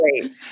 great